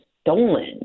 stolen